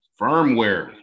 firmware